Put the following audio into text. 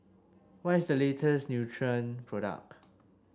what is the latest Nutren product